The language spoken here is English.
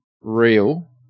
real